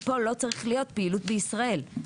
לא צריך להיות "פעילות בישראל".